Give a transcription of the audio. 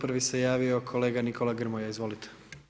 Prvi se javio kolega Nikola Grmoja, izvolite.